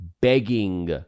begging